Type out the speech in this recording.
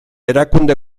erakunde